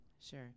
Sure